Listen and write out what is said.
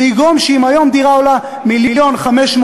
אבל זה יגרום לכך שאם היום דירה עולה מיליון ו-590,000,